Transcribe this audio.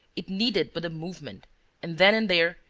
it needed but a movement and, then and there,